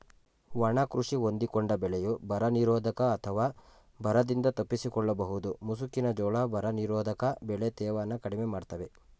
ಒಣ ಕೃಷಿ ಹೊಂದಿಕೊಂಡ ಬೆಳೆಯು ಬರನಿರೋಧಕ ಅಥವಾ ಬರದಿಂದ ತಪ್ಪಿಸಿಕೊಳ್ಳಬಹುದು ಮುಸುಕಿನ ಜೋಳ ಬರನಿರೋಧಕ ಬೆಳೆ ತೇವನ ಕಡಿಮೆ ಮಾಡ್ತವೆ